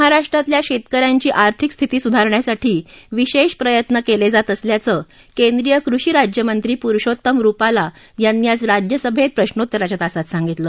महाराष्ट्रातल्या शेतकऱ्यांची आर्थिक स्थिती सुधारण्यासाठी विशेष प्रयत्न केले जात असल्याचं केंद्रीय कृषी राज्य मंत्री पुरूषोत्तम रुपाला यांनी आज राज्यसभेत प्रश्रोत्तराच्या तासात सांगितलं